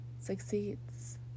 succeeds